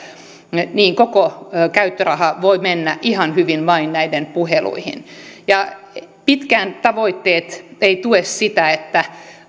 niin koko tämä käyttöraha voi mennä ihan hyvin vain näihin puheluihin mitkään tavoitteet eivät tue sitä että